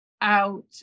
out